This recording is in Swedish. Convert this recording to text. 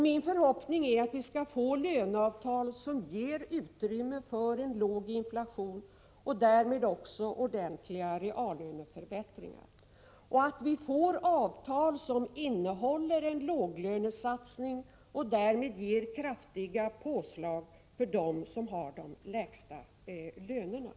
Min förhoppning är att vi skall få löneavtal som ger utrymme för en låg inflation och därmed också ordentliga reallöneförbättringar samt att vi får avtal som innehåller en låglönesatsning och ger kraftiga påslag för dem som har de lägsta lönerna.